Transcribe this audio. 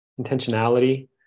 intentionality